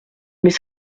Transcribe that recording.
mais